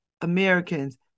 Americans